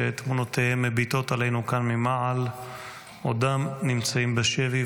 שתמונותיהם מביטות עלינו כאן ממעל עודם נמצאים בשבי,